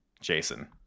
Jason